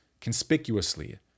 conspicuously